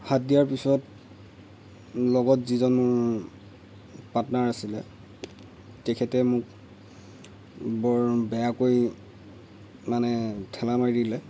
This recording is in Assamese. হাত দিয়াৰ পিছত লগত যিজন মোৰ পাৰ্টনাৰ আছিলে তেখেতে মোক বৰ বেয়াকৈ মানে ঠেলা মাৰি দিলে